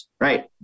right